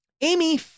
Amy